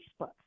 Facebook